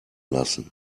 lassen